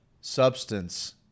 substance